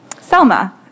Selma